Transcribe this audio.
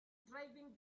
driving